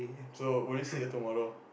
so will you see her tomorrow